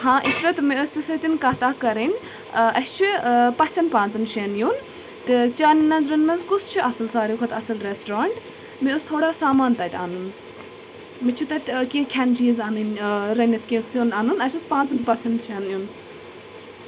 ہاں اِشرَت مےٚ ٲسۍ ژےٚ سٍتۍ کَتھ اَکھ کَرٕنۍ اَسہِ چھِ پَژِھؠن پانٛژَن شؠن یُن تہٕ چانؠن نَظرَن منٛز کُس چھُ اَصٕل سارِِوٕے کھۅتہٕ اَصٕل رِیسٹورَنٛٹ مےٚ اوس تھوڑا سامان تَتہِ اَنُن مےٚ چھُ تَتہِ کیٚنٛہہ کھؠنہٕ چیٖز اَنٕنۍ رٔنِتھ کیٚنٛہہ سِیُن اَنُن اَسہِ اوس پانٛژَن پَژِھؠن چھُ یُن